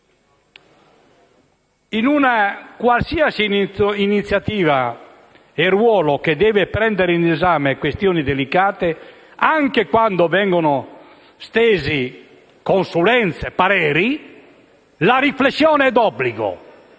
In qualsiasi iniziativa e ruolo che deve prendere in esame questioni delicate, anche quando vengono stese consulenze e pareri, la riflessione è d'obbligo.